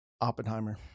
Oppenheimer